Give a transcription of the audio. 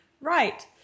right